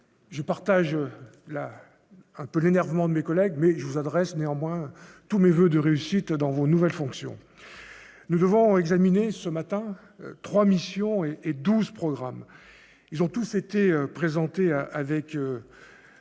je partage la un peu d'énervement, mes collègues mais je vous adresse néanmoins tous mes voeux de réussite dans vos nouvelles fonctions, nous devons examiner ce matin 3 missions et et 12 programmes, ils ont tous été présentés à avec